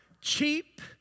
cheap